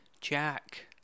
Jack